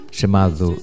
chamado